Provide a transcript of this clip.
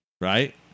Right